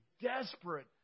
desperate